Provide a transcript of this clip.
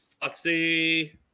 Foxy